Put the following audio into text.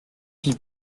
pis